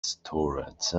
storage